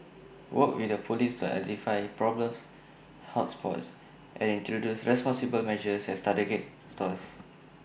work with the Police to identify problem hot spots and introduce responsible measures at targeted stores